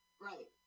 Right